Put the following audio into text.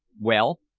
well,